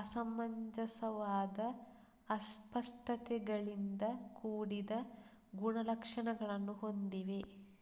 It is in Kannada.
ಅಸಮಂಜಸವಾದ ಅಸ್ಪಷ್ಟತೆಗಳಿಂದ ಕೂಡಿದ ಗುಣಲಕ್ಷಣಗಳನ್ನು ಹೊಂದಿವೆ